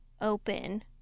open